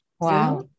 Wow